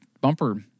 bumper